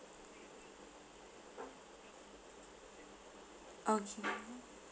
okay